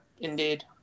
indeed